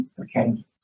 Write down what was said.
okay